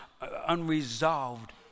unresolved